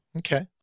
Okay